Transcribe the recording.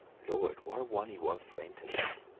lord! what a one he was for intellect!